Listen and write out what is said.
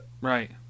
Right